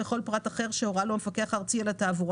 וכן כל פרט מידע אחר שהורה לו המפקח הארצי על התעבורה,